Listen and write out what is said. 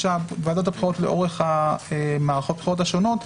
ועדות הבחירות לאורך מערכות הבחירות השונות,